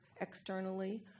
externally